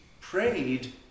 prayed